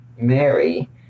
Mary